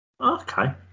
Okay